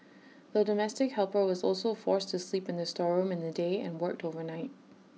the domestic helper was also forced to sleep in the storeroom in the day and worked overnight